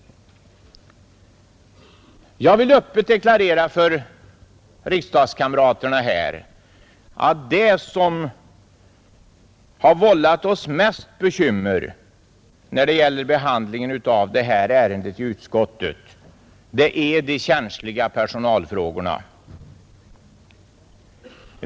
Jag vill öppet deklarera för riksdagskamraterna här att det som har vållat oss mest bekymmer när det gäller behandlingen av detta ärende i utskottet är de känsliga personalfrågorna.